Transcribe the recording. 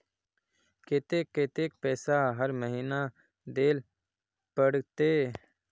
केते कतेक पैसा हर महीना देल पड़ते?